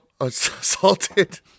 assaulted